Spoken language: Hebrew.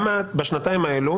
בשנתיים האלו